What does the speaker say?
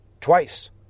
twice